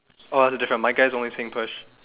oh that's the difference my guy is only saying push